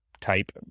type